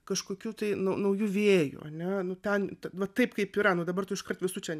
kažkokių tai naujų vėjų ane nu ten va taip kaip yra nu dabar iškart visų čia